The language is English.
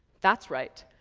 that's right,